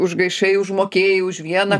užgaišai užmokėjai už vieną